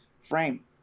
frame